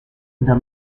the